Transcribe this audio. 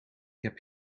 heb